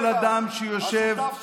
כל אדם שיושב, השותף שלך.